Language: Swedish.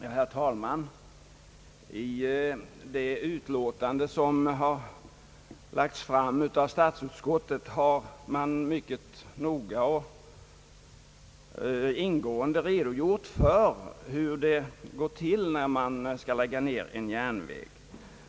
Herr talman! I det utlåtande som har lagts fram av statsutskottet har mycket noga och ingående redogjorts för hur det går till när man skall lägga ned en järnväg.